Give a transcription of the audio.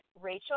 Rachel